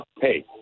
Hey